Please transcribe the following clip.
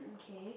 okay